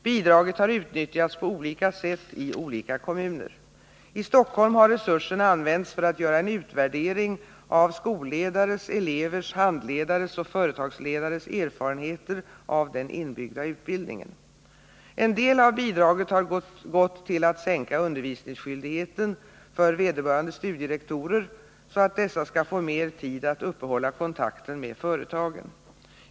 Bidraget har utnyttjats på olika sätt i olika kommuner. I Stockholm har resursen använts för att göra en utvärdering av skolledares, elevers, handledares och företagsledares erfarenheter av den inbyggda utbildningen. En del av bidraget har gått till att sänka undervisningsskyldigheten för vederbörande studierektorer så att 31 dessa skall få mer tid att uppehålla kontakten med företagen.